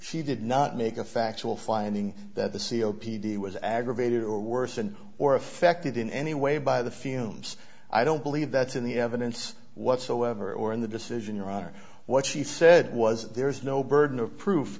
she did not make a factual finding that the c o p d was aggravated or worsen or affected in any way by the fumes i don't believe that's in the evidence whatsoever or in the decision your honor what she said was there is no burden of proof